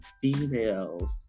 females